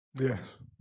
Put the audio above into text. Yes